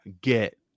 get